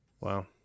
Wow